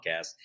podcast